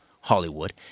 Hollywood